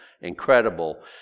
incredible